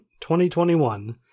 2021